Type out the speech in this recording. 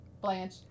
Blanche